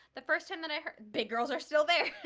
the first time that i heard big girls are still there